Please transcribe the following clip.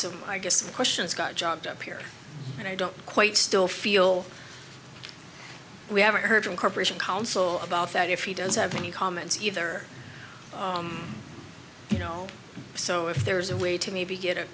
so i guess my questions got jobbed up here and i don't quite still feel we haven't heard from corporation counsel about that if he does have any comments either you know so if there's a way to maybe get a